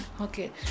okay